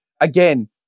Again